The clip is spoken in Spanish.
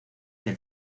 del